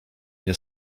nie